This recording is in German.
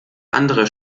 andere